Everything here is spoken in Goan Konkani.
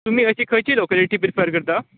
तुमी हरशीं खंयची लाॅकेलिटी प्रिफर करता